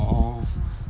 orh